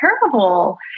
terrible